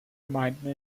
gemeinden